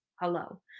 Hello